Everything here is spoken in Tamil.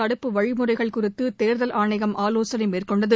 தடுப்பு வழிமுறைகள் குறித்து தேர்தல் ஆணையம் ஆலோசனை மேற்கொண்டது